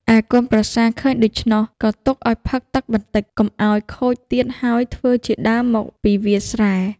ឯកូនប្រសាឃើញដូច្នោះ ក៏ទុកឱ្យផឹកទឹកបន្តិចកុំឱ្យខូចទៀត ហើយធ្វើជាដើរមកពីវាលស្រែ។